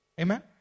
Amen